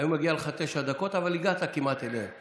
הגיעו לך תשע דקות, אבל כמעט הגעת אליהן.